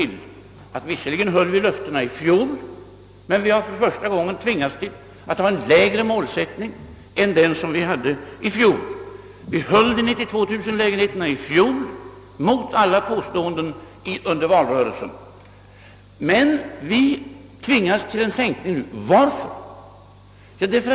Visserligen höll vi löftena i fjol, men vi har för första gången tvingats till en lägre målsättning än vi hade i fjol. Vi höll löftet om de 92 000 lägenheterna i fjol, mot alla påståenden under valrörelsen, men vi tvingas till sänkning nu. Varför?